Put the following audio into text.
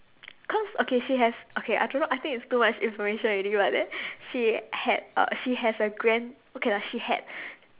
cause okay she has okay I don't know I think it's too much information already but then she had uh she has a grand~ okay lah she had